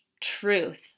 truth